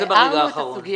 מה זה ברגע האחרון?